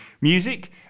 music